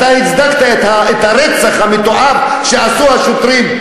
אתה הצדקת את הרצח המתועב שעשו השוטרים,